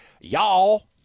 y'all